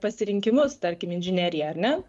pasirinkimus tarkim inžineriją ar ne